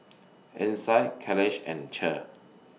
Isai Caleigh and Cher